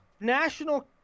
National